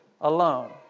alone